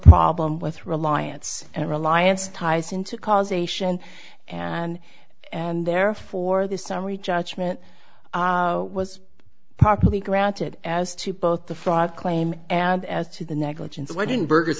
problem with reliance and reliance ties into causation and and therefore the summary judgment was properly granted as to both the fraud claim and as to the negligence alleging burgers